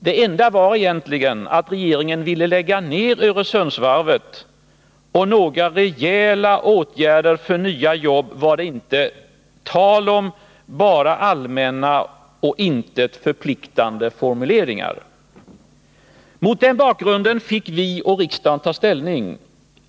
Det enda den egentligen innehöll var att regeringen ville lägga ner Öresundsvarvet. Några rejäla åtgärder för nya jobb var det inte tal om, bara allmänna och till intet förpliktande formuleringar. Mot den bakgrunden fick vi och riksdagen ta ställning.